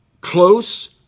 close